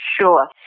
Sure